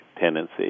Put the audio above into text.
tendency